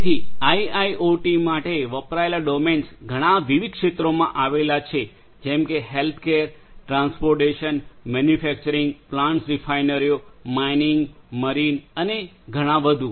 તેથી આઇઆઇઓટી માટે વપરાયેલા ડોમેન્સ ઘણા વિવિધ ક્ષેત્રોમાં આવેલા છે જેમ કે હેલ્થકેર ટ્રાન્સપોર્ટેશન મેન્યુફેક્ચરીંગ પ્લાન્ટ્સ રિફાઈનરીઓ માઇનિંગ મરીન અને ઘણા વધુ